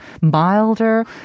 milder